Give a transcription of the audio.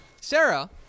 Sarah